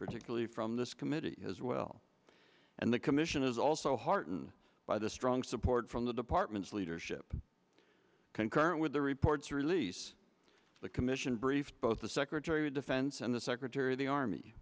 particularly from this committee as well and the commission is also heartened by the strong support from the departments leadership concurrent with the report's release the commission briefed both the secretary of defense and the secretary of the army